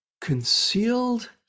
concealed